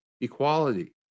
equality